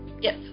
Yes